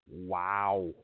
Wow